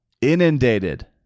inundated